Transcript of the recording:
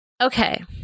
Okay